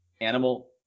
animal